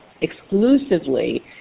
exclusively